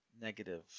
Negative